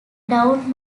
down